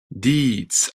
deeds